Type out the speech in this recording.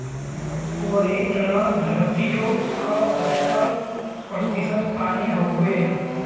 वही तरह द्धरतिओ का सत्तर प्रतिशत पानी हउए